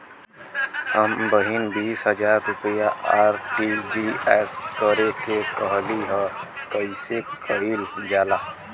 हमर बहिन बीस हजार रुपया आर.टी.जी.एस करे के कहली ह कईसे कईल जाला?